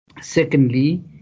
Secondly